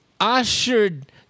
ushered